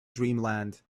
dreamland